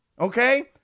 okay